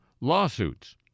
lawsuits